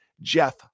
Jeff